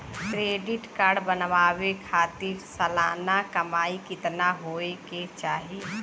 Credit card बनवावे खातिर सालाना कमाई कितना होए के चाही?